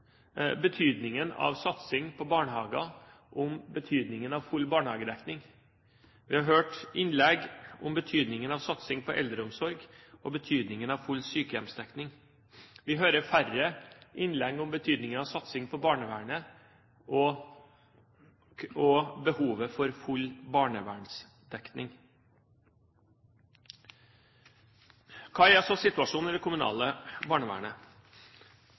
betydningen av satsing på barnehager og om betydningen av full barnehagedekning. Vi har hørt innlegg om betydningen av satsing på eldreomsorg og om betydningen av full sykehjemsdekning. Vi hører færre innlegg om betydningen av satsing på barnevernet og behovet for full barnevernsdekning. Hva er så situasjonen i det kommunale barnevernet?